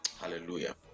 Hallelujah